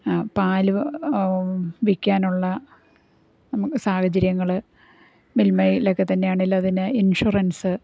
പാല് വിൽക്കാനുള്ള നമുക്ക് സാഹചര്യങ്ങൾ മിൽമയിലൊക്കെത്തന്നെ ആണെങ്കിൽ അതിന് ഇൻഷുറൻസ്